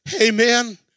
Amen